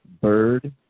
Bird